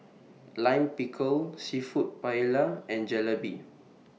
Lime Pickle Seafood Paella and Jalebi